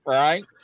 right